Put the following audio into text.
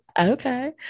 okay